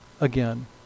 again